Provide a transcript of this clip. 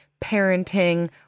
parenting